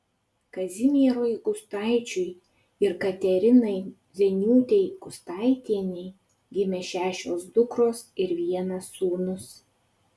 kazimierui gustaičiui ir katerinai zieniūtei gustaitienei gimė šešios dukros ir vienas sūnus